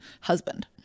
husband